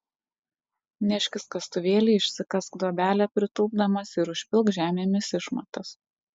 neškis kastuvėlį išsikask duobelę pritūpdamas ir užpilk žemėmis išmatas